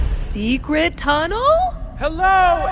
secret tunnel hello,